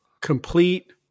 complete